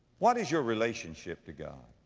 what is your relationship to god?